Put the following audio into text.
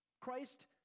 Christ